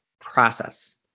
process